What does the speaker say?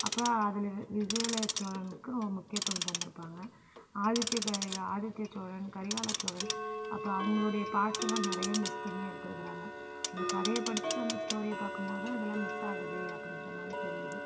அப்போ அதில் விஜயலாய சோழனுக்கு ரொ முக்கியத்துவம் தந்துருப்பாங்க ஆதித்தியகரிகா ஆதித்திய சோழன் கரிகாலச் சோழன் அப்போ அவங்களுடைய பார்ட்ஸ்ஸெல்லாம் நிறைய மிஸ் பண்ணி எடுத்துருக்கிறாங்க அந்தக் கதையை படிச்சிட்டு அந்த ஸ்டோரியை பார்க்கும்போதுதான் இதெல்லாம் மிஸ் ஆகுது அப்டிங்கிற மாரி தெரியுது